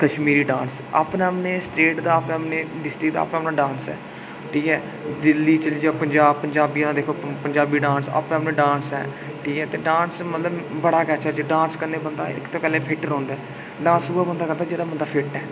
Kashmiri dance अपने अपने state दा अपने अपने डिस्ट्रिक्ट दा अपना अपना डांस ऐ ठीक ऐ दिल्ली च जि'यां पंजाबियां दा दिक्खो पंजाबी डांस अपना अपना दिक्खो ठीक ऐ डांस दिक्खो बड़ा गै अच्छा अच्छा डांस कन्नै इक ते बंदा फिट्ट रौंह्दा ऐ डांस उ'ऐ बंदा करदा जेह्ड़ा फिट्ट ऐ